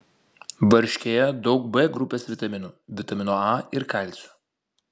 varškėje daug b grupės vitaminų vitamino a ir kalcio